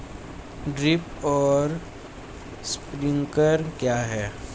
Drip और sprinkler क्या हैं?